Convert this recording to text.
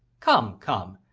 come, come.